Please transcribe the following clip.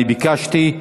אני ביקשתי.